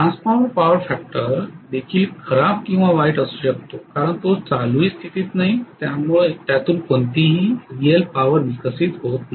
transformer power factor देखील खराब किंवा वाईट असू शकतो कारण तो चालूही स्थितीत नाही त्यातून कोणतीही रीयल पॉवर विकसित होत नाही